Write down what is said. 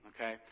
okay